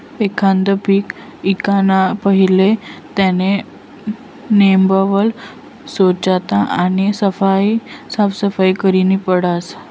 एखांद पीक ईकाना पहिले त्यानी नेमबन सोच्छता आणि साफसफाई करनी पडस